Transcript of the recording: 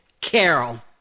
Carol